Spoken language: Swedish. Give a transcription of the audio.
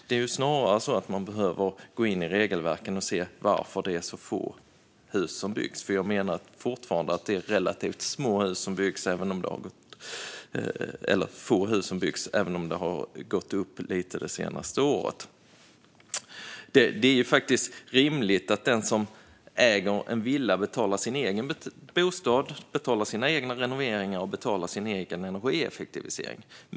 Det är snarare så att man behöver gå in i regelverken och se varför det är så få hus som byggs. Jag menar fortfarande att det är relativt få hus som byggs, även om det har gått upp lite det senaste året. Det är rimligt att den som äger en villa betalar sin egen bostad, betalar sina egna renoveringar och betalar sin egen energieffektivisering.